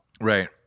Right